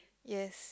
yes